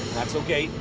that's okay.